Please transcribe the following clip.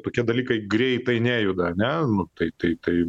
tokie dalykai greitai nejuda ane tai tai tai